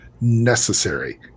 necessary